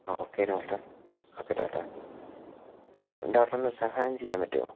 okay doctor okay doctor doctor ഡോക്ടറിന് സഹായം ചെയ്യാൻ പറ്റുമോ